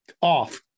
off